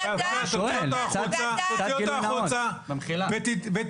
אתה --- תוציאו אותו החוצה ותלמד,